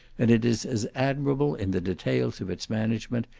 and it is as admirable in the details of its management,